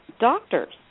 doctors